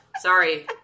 Sorry